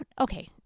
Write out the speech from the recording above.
okay